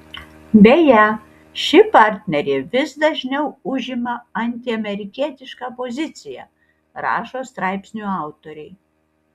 beje ši partnerė vis dažniau užima antiamerikietišką poziciją rašo straipsnių autoriai